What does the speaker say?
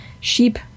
sheep